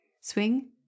Swing